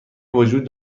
وجود